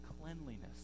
cleanliness